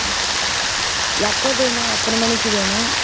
ம் எப்போ வேணும் எத்தனை மணிக்கு வேணும்